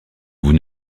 vous